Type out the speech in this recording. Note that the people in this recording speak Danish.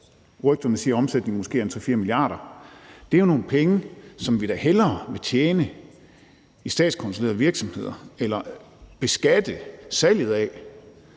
Rygterne siger, at omsætningen måske er på 3-4 mia. kr. Det er jo nogle penge, som vi da hellere vil tjene i statskontrollerede virksomheder, eller vi vil hellere